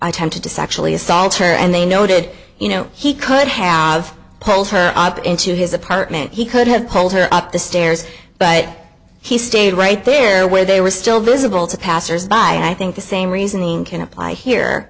attempted to sexually assault her and they noted you know he could have pulled her into his apartment he could have pulled her up the stairs but he stayed right there where they were still visible to passers by think the same reasoning can apply here